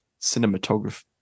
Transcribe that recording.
cinematography